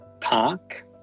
park